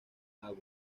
agua